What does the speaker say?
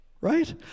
right